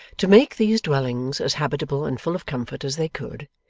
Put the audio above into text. to make these dwellings as habitable and full of comfort as they could,